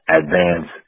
advance